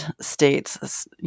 states